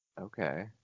Okay